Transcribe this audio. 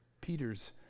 Peter's